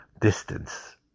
distance